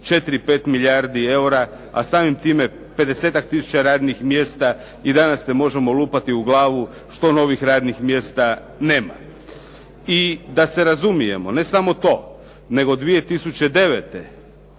4, 5 milijardi eura, a samim time 50-ak tisuća radnih mjesta i danas se možemo lupati u glavu što novih radnih mjesta nema. I da se razumijemo, ne samo to, nego 2009.